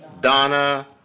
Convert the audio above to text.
Donna